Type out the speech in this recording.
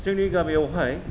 जोंनि गामियावहाय